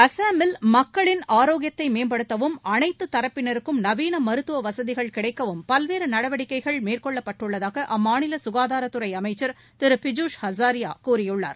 அசாமில் மக்களின் ஆரோக்கியத்தை மேம்படுத்தவும் அனைத்து தரப்பினருக்கும் நவீன மருத்துவ வசதிகள் கிடைக்கவும் பல்வேறு நடவடிக்கைகள் மேற்கொள்ளப்பட்டுள்ளதாக அம்மாநில ககாதாரத்துறை அமைச்சர் திரு பிஜூஸ் ஹசாரிக்கா கூறியுள்ளார்